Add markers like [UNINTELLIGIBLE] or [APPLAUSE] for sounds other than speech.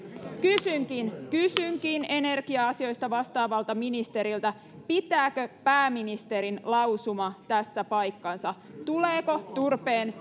kysynkin kysynkin energia asioista vastaavalta ministeriltä pitääkö pääministerin lausuma tässä paikkansa tuleeko turpeen [UNINTELLIGIBLE]